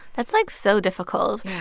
that's, like, so difficult.